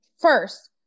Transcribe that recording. First